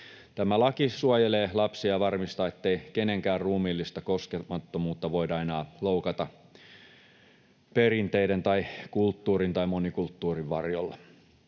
Tämä laki suojelee lapsia ja varmistaa, ettei kenenkään ruumiillista koskemattomuutta voida enää loukata perinteiden tai kulttuurin tai monikulttuurin varjolla.